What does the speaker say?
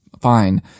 fine